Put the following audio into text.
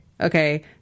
okay